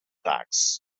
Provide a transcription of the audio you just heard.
tax